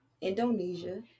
Indonesia